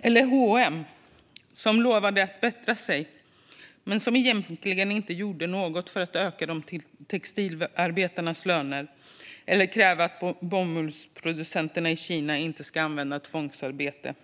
Ett annat exempel är H & M, som lovade att bättra sig men som egentligen inte gjorde något för att öka textilarbetarnas löner eller kräva att bomullsproducenterna i Kina inte ska använda tvångsarbete.